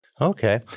Okay